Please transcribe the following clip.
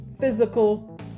physical